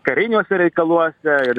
kariniuose reikaluose ir